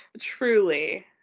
Truly